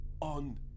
On